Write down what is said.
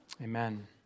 Amen